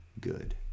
good